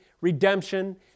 redemption